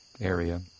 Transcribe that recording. area